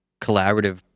collaborative